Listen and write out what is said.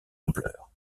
ampleur